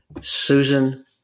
Susan